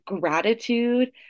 gratitude